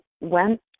went